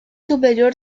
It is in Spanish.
superior